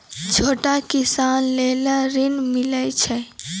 छोटा किसान लेल ॠन मिलय छै?